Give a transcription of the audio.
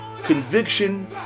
conviction